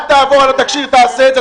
אל תעבור על התקשי"ר, תעשה את זה.